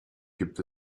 gibt